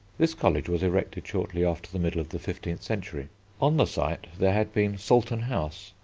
this college was erected shortly after the middle of the fifteenth century on the site there had been salton house,